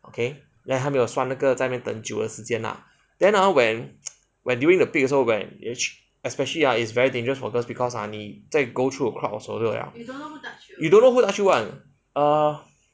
okay then 还没有算那个在那个酒的时间啊 then ah when when during the peak 的时候 when especially ah it's very dangerous for girls because money 在 go through the crowd 的时候 right you don't know who touch you [one] err